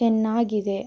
ಚೆನ್ನಾಗಿದೆ